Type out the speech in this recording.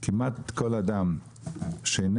כמעט כל אדם שאיננו